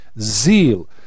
zeal